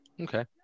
Okay